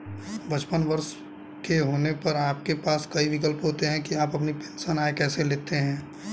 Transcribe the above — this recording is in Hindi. पचपन वर्ष के होने पर आपके पास कई विकल्प होते हैं कि आप अपनी पेंशन आय कैसे लेते हैं